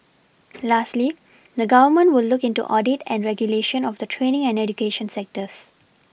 lastly the Government will look into audit and regulation of the training and education sectors